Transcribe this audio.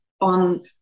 on